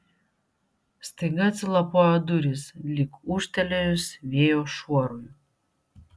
staiga atsilapojo durys lyg ūžtelėjus vėjo šuorui